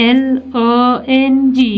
long